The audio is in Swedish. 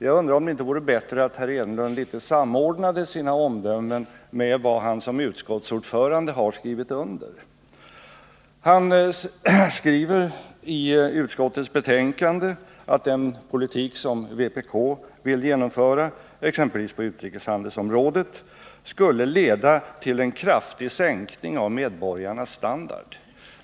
Jag undrar om det inte vore bättre att herr Enlund i någon mån samordnade sina omdömen med vad han som utskottsordförande har skrivit under. I utskottets betänkande anförs att den politik som vpk vill genomföra exempelvis på utrikeshandelsområdet skulle leda till en kraftig sänkning av medborgarnas standard.